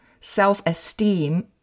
Self-esteem